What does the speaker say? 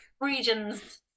regions